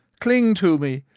cling to me,